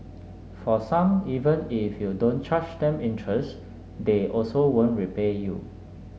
for some even if you don't charge them interest they also won't repay you